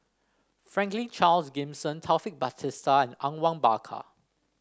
Franklin Charles Gimson Taufik Batisah and Awang Bakar